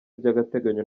by’agateganyo